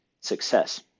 success